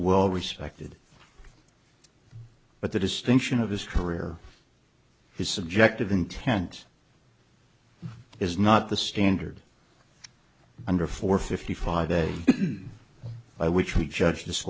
well respected but the distinction of his career his subject of intense is not the standard under four fifty five a by which we judge